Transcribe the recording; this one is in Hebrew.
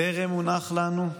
/ טרם הונח לנו?